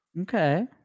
Okay